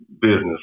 business